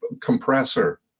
compressor